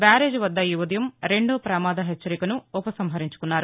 బ్యారేజీ వద్ద ఈఉదయం రెండో ప్రమాద హెచ్చరికను ఉపసంహరించుకున్నారు